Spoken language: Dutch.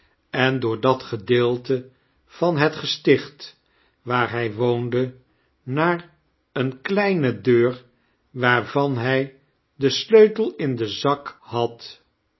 en door dat gedeelte van het gesticht waar hij woonde naar eene kleine deur waarvam hij den sleutel in den zak had